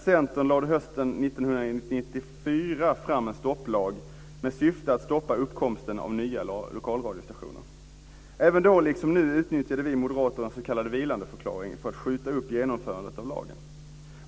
Centern fram en stopplag med syfte att stoppa uppkomsten av nya lokalradiostationer. Då liksom nu utnyttjade vi moderater en s.k. vilandeförklaring för att skjuta upp genomförandet av lagen.